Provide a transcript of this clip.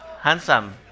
Handsome